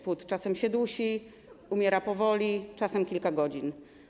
Płód czasem się dusi, umiera powoli, czasem kilka godzin.